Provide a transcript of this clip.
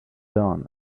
dawn